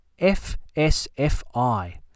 FSFI